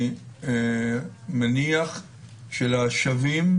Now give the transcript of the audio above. אני מניח שלשבים,